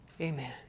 Amen